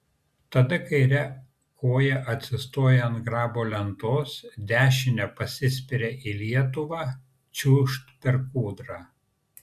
tada kaire koja atsistoja ant grabo lentos dešine pasispiria į lietuvą čiūžt per kūdrą